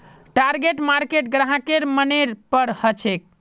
target market ग्राहकेर मनेर पर हछेक